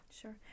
Sure